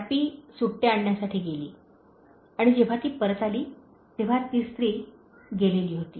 वाढपी सुट्टे आणण्यासाठी गेली आणि जेव्हा ती परत आली तेव्हा ती स्त्री गेलेली होती